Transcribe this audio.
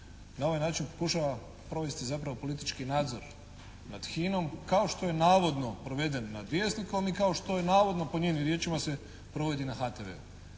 na ovaj način pokušava provesti zapravo politički nadzor nad HINA-om kao što je navodno proveden nad "Vjesnikom" i kao što je navodno po njenim riječima se provodi na HTV-u.